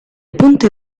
punte